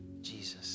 Jesus